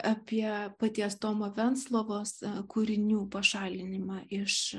apie paties tomo venclovos kūrinių pašalinimą iš